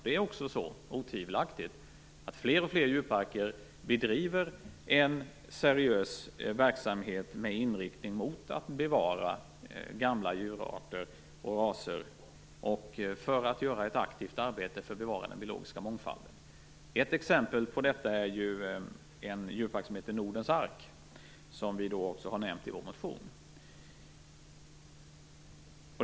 Det är också otvivelaktigt så att fler och fler djurparker bedriver en seriös verksamhet med inriktning mot att bevara gamla djurarter och raser för att arbeta aktivt för att bevara den biologiska mångfalden. Ett exempel på detta är en djurpark som heter Nordens Ark, som vi också har nämnt i vår motion.